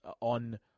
on